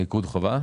מיקוד חובה?